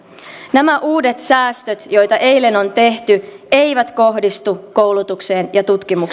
nämä uudet säästöt joita eilen on tehty eivät kohdistu koulutukseen ja tutkimukseen koulutusta ja